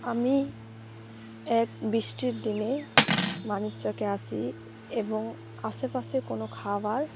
আমি এক বৃষ্টির দিনে মণিক চকে আসি এবং আশেপাশে কোনো খাবার